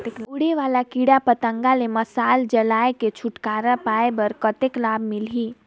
उड़े वाला कीरा पतंगा ले मशाल जलाय के छुटकारा पाय बर कतेक लाभ मिलही?